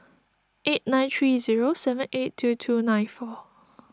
eight nine three zero seven eight two two nine four